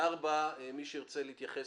ארבע, מי שירצה להתייחס